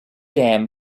dam